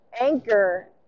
Anchor